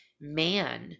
man